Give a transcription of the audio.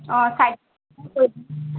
অঁ